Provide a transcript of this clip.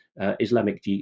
Islamic